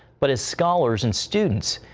but as counsellors and students.